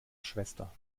schwester